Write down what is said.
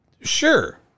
sure